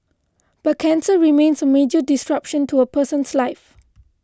but cancer remains a major disruption to a person's life